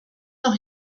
noch